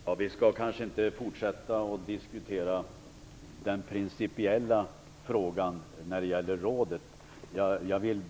Fru talman! Vi skall kanske inte fortsätta diskutera den principiella frågan när det gäller rådet. Jag vill